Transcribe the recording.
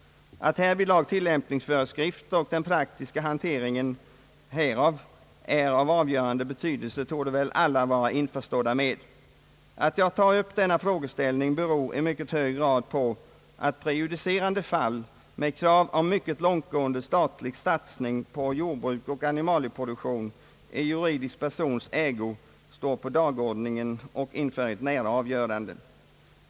Att härvidlag tillämpningsföreskrifter och den praktiska hanteringen härav är av avgörande betydelse torde väl alla vara införstådda med. Att jag trots att sådana ännu ej utkommit tar upp denna frågeställning beror i mycket hög grad på att prejudicerande fall med krav på mycket långtgående satsning på jordbruk och animalieproduktion i juridisk persons ägo står på dagordningen och inför ett nära avgörande.